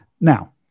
now